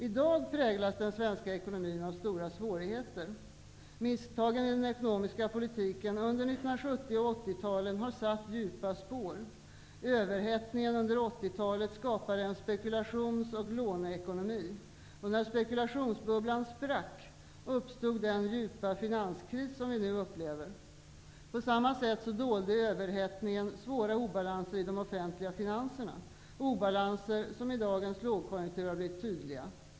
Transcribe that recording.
I dag präglas den svenska ekonomin av stora svårigheter. Misstagen i den ekonomiska politiken under 1970 och 1980-talen har satt djupa spår. Överhettningen under 1980-talet skapade en spekulations och låneekonomi, och när spekulationsbubblan sprack uppstod den djupa finanskris som vi nu upplever. På samma sätt dolde överhettningen svåra obalanser i de offentliga finanserna -- obalanser som i dagens lågkonjunktur har blivit tydliga.